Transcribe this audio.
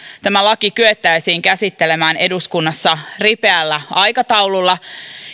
tämä laki kyettäisiin käsittelemään eduskunnassa ripeällä aikataululla